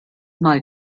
mal